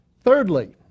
Thirdly